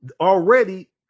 already